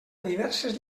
diverses